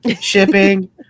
shipping